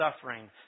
suffering